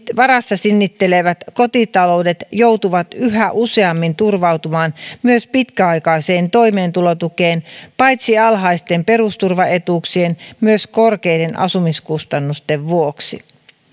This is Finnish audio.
varassa sinnittelevät kotitaloudet joutuvat yhä useammin turvautumaan myös pitkäaikaiseen toimeentulotukeen paitsi alhaisten perusturvaetuuksien myös korkeiden asumiskustannusten vuoksi